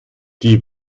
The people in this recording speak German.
die